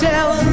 Tell